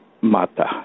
Mata